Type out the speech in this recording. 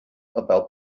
about